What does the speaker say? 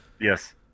Yes